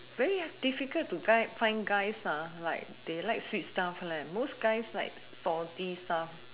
very difficult to guy find guys ah like they like sweet stuff leh most guys like salty stuff